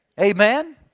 Amen